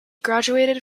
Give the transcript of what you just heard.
graduated